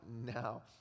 now